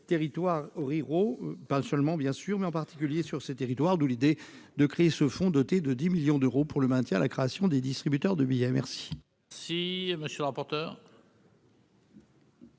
territoires, or Hiro parle seulement, bien sûr, mais en particulier sur ces territoires d'où l'idée de créer ce fonds doté de 10 millions d'euros pour le maintien et la création des distributeurs de billets, merci. Si monsieur le rapporteur.